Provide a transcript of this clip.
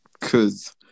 Cause